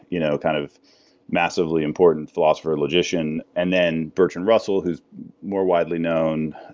you know kind of massively important philosopher-logician. and then bertrand russell who's more widely known